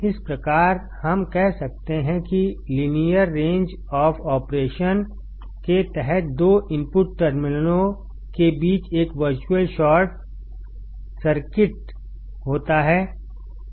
इस प्रकार हम कह सकते हैं कि लिनइयर रेंज ऑफ़ ऑपरेशन केतहतदो इनपुट टर्मिनलों के बीच एक वर्चुअल शॉर्ट सर्किट होता है